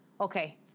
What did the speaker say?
okay